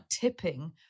tipping